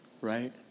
right